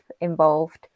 involved